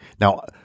Now